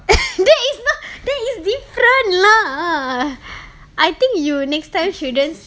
that is not that is different lah I think you next time shouldn't